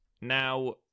Now